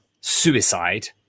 suicide